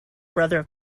brother